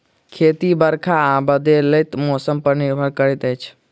खेती बरखा आ बदलैत मौसम पर निर्भर करै छै